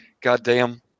goddamn